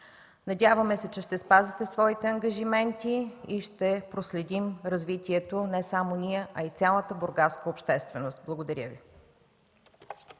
Надяваме се, че ще спазите своите ангажименти и ще проследим развитието – не само ние, а и цялата бургаска общественост. Благодаря Ви.